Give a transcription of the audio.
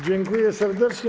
Dziękuję serdecznie.